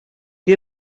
que